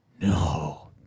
No